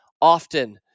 often